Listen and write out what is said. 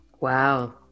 Wow